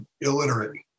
illiterate